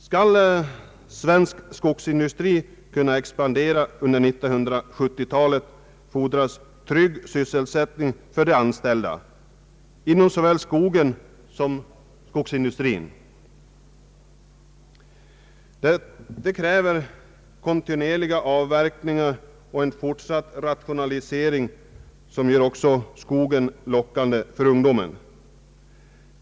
Skall svensk skogsindustri kunna expandera under 1970-talet, fordras trygg sysselsättning för de anställda inom såväl skogen som skogsindustrin. Detta kräver kontinuerliga avverkningar och en fortsatt rationalisering, som också gör skogen lockande för ungdomen.